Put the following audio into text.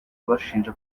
bashinja